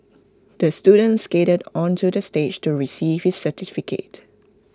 the student skated onto the stage to receive his certificate